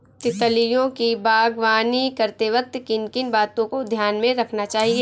तितलियों की बागवानी करते वक्त किन किन बातों को ध्यान में रखना चाहिए?